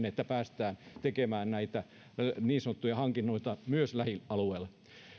että päästään tekemään näitä niin sanottuja hankintoja myös lähialueella